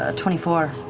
ah twenty four.